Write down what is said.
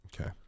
Okay